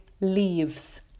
leaves